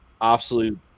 absolute